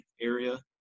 area